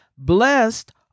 Blessed